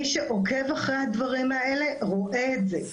מי שעוקב אחרי הדברים האלה רואה את זה.